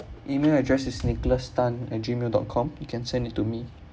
email address is nicholas tan at gmail dot com you can send it to me